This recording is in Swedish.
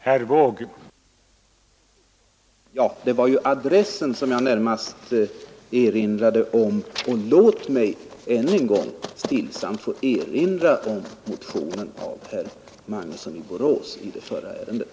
Herr talman! Det var ju adresseringen av anslagsökningarna till stödom rådet, som jag närmast anmärkte mot. Låt mig än en gång stillsamt få erinra om motionen av herr Magnusson i Borås i det förra ärendet.